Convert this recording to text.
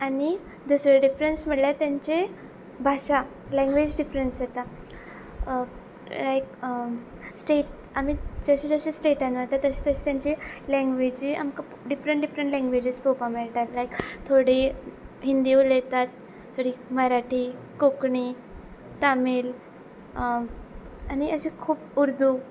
आनी दुसरे डिफरन्स म्हळ्यार तांचे भाशा लँग्वेज डिफरन्स येता लायक स्टेट आमी जशे जशे स्टेटान वता तशे तशी तेंची लॅंग्वेजी आमकां डिफरंट डिफरंट लँग्वेजीस पळोवपाक मेळटात लायक थोडी हिंदी उलयतात थोडी मराठी कोंकणी तामिल आनी अशे खूब उर्दू